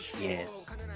Yes